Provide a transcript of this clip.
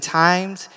times